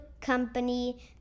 company